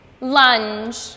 lunge